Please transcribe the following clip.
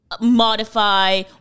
modify